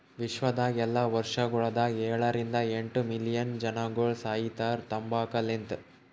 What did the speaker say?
ವಿಶ್ವದಾಗ್ ಎಲ್ಲಾ ವರ್ಷಗೊಳದಾಗ ಏಳ ರಿಂದ ಎಂಟ್ ಮಿಲಿಯನ್ ಜನಗೊಳ್ ಸಾಯಿತಾರ್ ತಂಬಾಕು ಲಿಂತ್